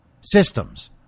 systems